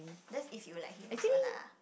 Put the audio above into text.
that's if you like him also lah